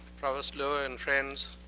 provost low and friends,